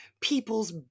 people's